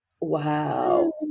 wow